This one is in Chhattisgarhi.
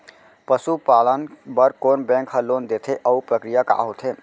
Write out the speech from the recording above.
पसु पालन बर कोन बैंक ह लोन देथे अऊ प्रक्रिया का होथे?